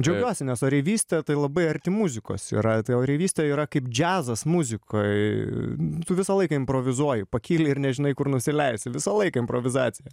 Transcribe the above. džiaugiuosi nes oreivystė tai labai arti muzikos yra tai oreivystė yra kaip džiazas muzikoj tu visą laiką improvizuoji pakyli ir nežinai kur nusileisi visą laiką improvizacija